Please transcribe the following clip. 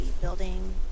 building